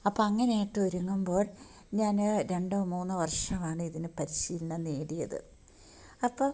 അപ്പം അങ്ങനെ ആയിട്ട് ഒരുങ്ങുമ്പോൾ ഞാൻ രണ്ടോ മൂന്നോ വർഷമാണ് ഇതിന് പരിശീലനം നേടിയത് അപ്പോൾ